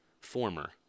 Former